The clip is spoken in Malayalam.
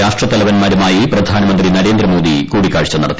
രാഷ്ട്രത്തലവൻമാരുമായി പ്രധാനമന്ത്രി നരേന്ദ്രമോദി കൂടിക്കാഴ്ച നടത്തി